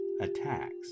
attacks